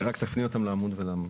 רק תפני אותם לעמוד.